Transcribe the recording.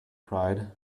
cried